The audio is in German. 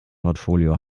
portfolio